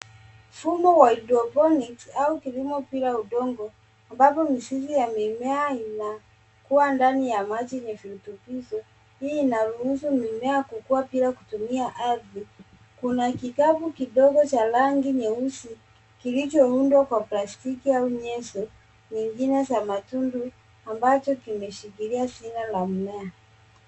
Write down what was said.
Mfumo wa hydrophonics au kilimo bila udongo ambapo mizizi ya mimea inakua ndani ya maji yenye virutubishi. Hii inaruhusu mimea kukua bila kutumia ardhi. Kuna kikapu kidogo cha rangi nyeusi kilichoundwa kwa plastiki au nyezo zingine za matundu amacho kimeshikilia zigo la mmea.